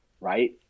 right